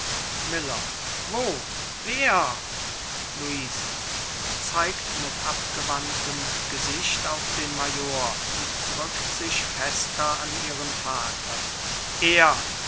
miller wo wer luise zeigt mit abgewandtem gesicht auf den major und drückt sich fester an ihren vater er